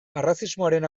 arrazismoaren